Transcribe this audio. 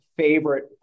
favorite